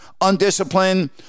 undisciplined